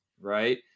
right